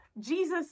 jesus